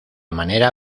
manera